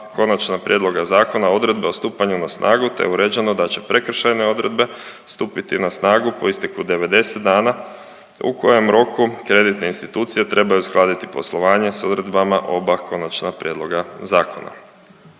konačna prijedloga zakona odredbe o stupanju na snagu te je uređeno da će prekršajne odredbe stupiti na snagu po isteku 90 dana u kojem roku kreditne institucije trebaju uskladiti poslovanje s odredbama oba konačna prijedloga zakona.